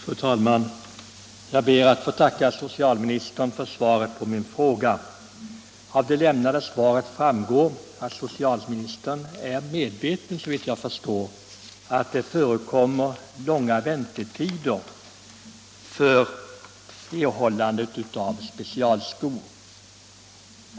Fru talman! Jag ber att få tacka socialministern för svaret på min fråga. Såvitt jag förstår av det lämnade svaret är socialministern medveten om att det förekommer långa väntetider för erhållande av specialskor.